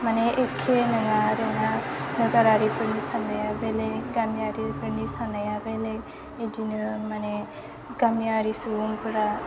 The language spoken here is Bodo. माने एके नङा आरो ना नोगोरारिफोरनि साननाया बेलेक गामियारिफोरनि साननाया बेलेक इदिनो माने गामियारि सुबुंफोरा